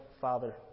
father